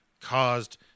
caused